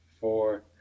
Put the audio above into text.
four